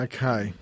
Okay